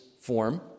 form